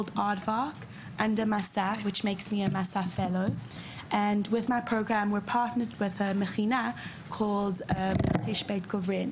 שנקראת ומסע ועם התוכנית אנחנו שותפים עם המכינה שנקראת ..בית גוברין